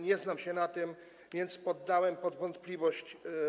Nie znam się na tym, więc poddałem to w wątpliwość.